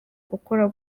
gukora